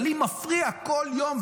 אבל לי מפריע כל יום,